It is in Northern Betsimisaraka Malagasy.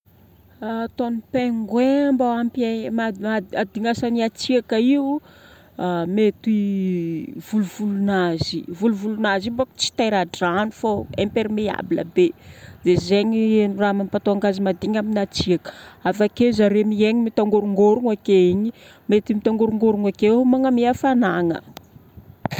Raha ataon'ny pingouin mba hampiai- hahadignasany hatsiaka io, mety volovolonazy. Volovolonazy io boko tsy teradrano fô imperméable be. Dia zegny raha mampatonga azy mahadigny amin'ny hatsiaka. Avake zare miaigny mitangorongorona ake igny, mety mitangorongorona akeo magname hafanagna.